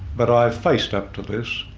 but i faced up to this,